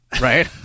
right